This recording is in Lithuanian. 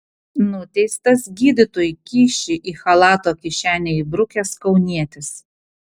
nuteistas gydytojui kyšį į chalato kišenę įbrukęs kaunietis